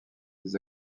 des